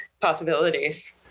possibilities